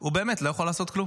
הוא באמת לא יכול לעשות כלום.